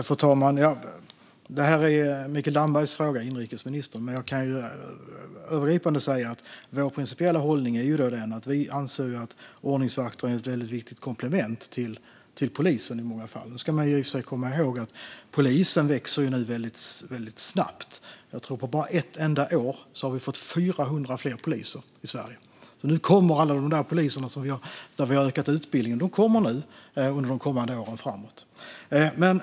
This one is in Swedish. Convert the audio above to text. Fru talman! Detta är en fråga för inrikesminister Mikael Damberg, men jag kan övergripande säga att vår principiella hållning är att ordningsvakter är i många fall ett väldigt viktigt komplement till polisen. Nu ska man i och för sig komma ihåg att antalet poliser nu ökar väldigt snabbt. Jag tror att vi på bara ett enda år har fått 400 fler poliser i Sverige. Under kommande år kommer alla de poliser som gått på de utbildningsplatser vi har utökat.